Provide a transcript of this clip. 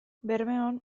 bermeon